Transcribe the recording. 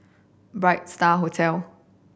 Bright Star Hotel